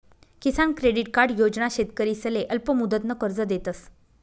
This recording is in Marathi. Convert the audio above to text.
किसान क्रेडिट कार्ड योजना शेतकरीसले अल्पमुदतनं कर्ज देतस